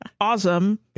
awesome